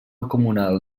comunal